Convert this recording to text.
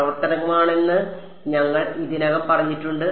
പ്രവർത്തനമാണെന്ന് ഞങ്ങൾ ഇതിനകം പറഞ്ഞിട്ടുണ്ട്